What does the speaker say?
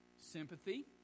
sympathy